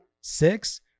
six